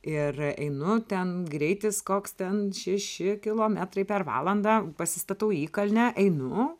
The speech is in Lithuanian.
ir einu ten greitis koks ten šeši kilometrai per valandą pasistatau įkalnę einu